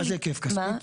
מה זה היקף, כספית?